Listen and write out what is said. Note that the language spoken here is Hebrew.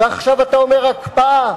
ועכשיו אתה אומר: הקפאה.